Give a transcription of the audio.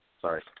Sorry